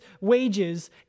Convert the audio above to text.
wages